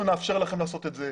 אנחנו נאפשר לכם לעשות את זה,